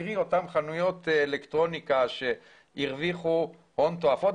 קרי אותן חנויות אלקטרוניקה שהרוויחו הון תופעות.